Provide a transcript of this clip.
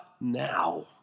now